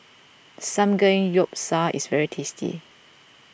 Samgeyopsal is very tasty